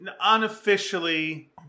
Unofficially